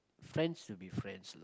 friends should be friends